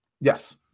yes